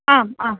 आम् आम्